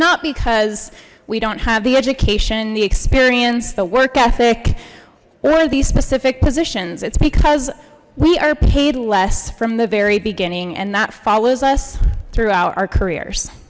not because we don't have the education the experience the work ethic or these specific positions it's because we are paid less from the very beginning and that follows us throughout our careers